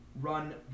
run